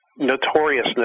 notoriousness